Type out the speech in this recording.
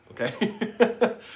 okay